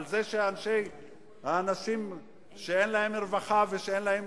על זה שהאנשים אין להם רווחה ואין להם